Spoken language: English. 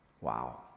Wow